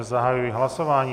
Zahajuji hlasování.